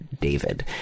David